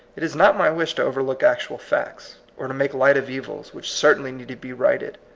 it is not my wish to overlook actual facts, or to make light of evils which certainly need to be righted.